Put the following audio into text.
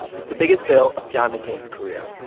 it's the biggest bill of john mccain's career.